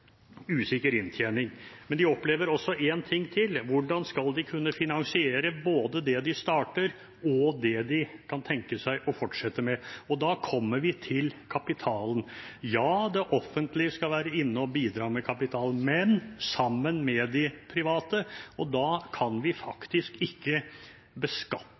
usikker inntjening. Men de opplever en ting til: Hvordan skal de kunne finansiere både det de starter opp, og det de kan tenke seg å fortsette med? Da kommer vi til kapitalen. Ja, det offentlige skal være inne og bidra med kapital, men sammen med de private. Da kan man faktisk ikke